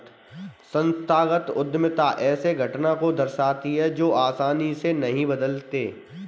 संस्थागत उद्यमिता ऐसे घटना को दर्शाती है जो आसानी से नहीं बदलते